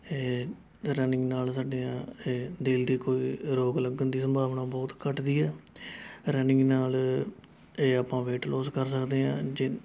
ਇਹ ਰਨਿੰਗ ਨਾਲ਼ ਸਾਡੀਆਂ ਇਹ ਦਿਲ ਦੀ ਕੋਈ ਰੋਗ ਲੱਗਣ ਦੀ ਸੰਭਾਵਨਾ ਬਹੁਤ ਘੱਟਦੀ ਹੈ ਰਨਿੰਗ ਨਾਲ਼ ਇਹ ਆਪਾਂ ਵੇਟ ਲੋਸ ਕਰ ਸਕਦੇ ਹਾਂ ਜੇ